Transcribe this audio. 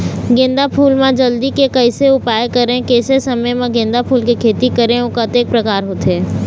गेंदा फूल मा जल्दी के कैसे उपाय करें कैसे समय मा गेंदा फूल के खेती करें अउ कतेक प्रकार होथे?